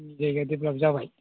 जायगाया डेभल'प जाबाय